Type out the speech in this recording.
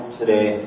today